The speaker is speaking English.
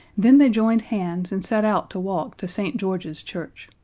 then they joined hands and set out to walk to st. george's church.